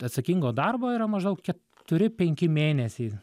atsakingo darbo yra maždaug keturi penki mėnesiai